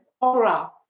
aura